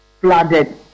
flooded